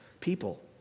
people